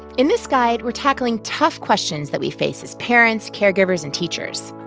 in this guide, we're tackling tough questions that we face as parents, caregivers and teachers.